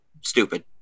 stupid